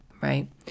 right